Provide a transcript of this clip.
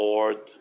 Lord